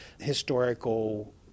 historical